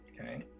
okay